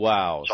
Wow